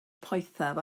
poethaf